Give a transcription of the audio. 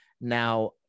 now